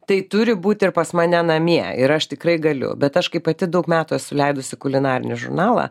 tai turi būt ir pas mane namie ir aš tikrai galiu bet kai aš pati daug metų suleidusi kulinarinį žurnalą